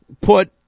put